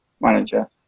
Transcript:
manager